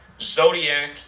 Zodiac